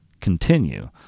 continue